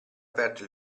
aperto